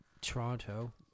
Toronto